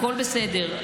הכול בסדר.